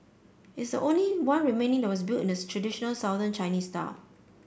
it's the only one remaining that was built in the traditional Southern Chinese style